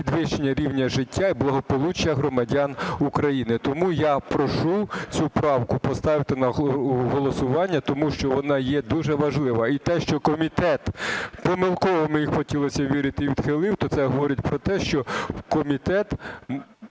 підвищення рівня життя і благополуччя громадян України. Тому я прошу цю правку поставити на голосування, тому що вона є дуже важлива. І те, що комітет помилково, мені хотілося б вірити, її відхилив, то це говорить про те, що комітет